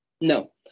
No